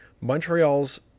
Montreal's